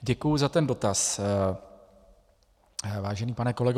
Děkuji za ten dotaz, vážený pane kolego.